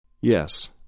Yes